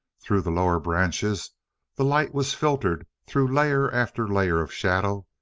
through the lower branches the light was filtered through layer after layer of shadow,